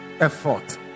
effort